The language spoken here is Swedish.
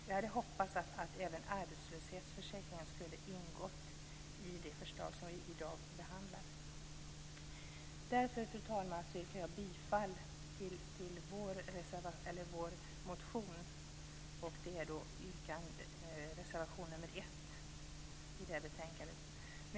Vi hade hoppats att även arbetslöshetsförsäkringen skulle ha ingått i det förslag som vi behandlar i dag. Fru talman! Därför yrkar jag bifall till reservation nr 1 i det här betänkandet.